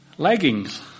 Leggings